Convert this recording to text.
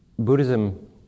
Buddhism